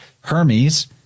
Hermes